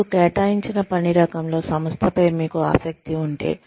మీకు కేటాయించిన పని రకంలో సంస్థపై మీకు ఆసక్తి ఉంటే